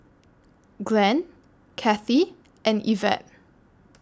Glenn Kathie and Evette